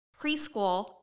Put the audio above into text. preschool